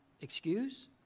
excuse